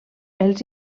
els